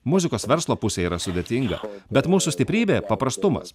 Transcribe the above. muzikos verslo pusė yra sudėtinga bet mūsų stiprybė paprastumas